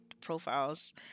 profiles